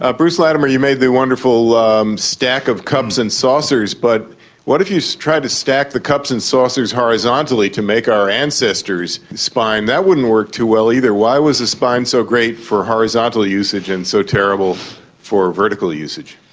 ah bruce latimer, you made the wonderful stack of cups and saucers, but what if you so tried to stack the cups and saucers horizontally to make our ancestor's spine? that wouldn't work too well either. why was a spine so great for horizontal usage usage and so terrible for vertical usage?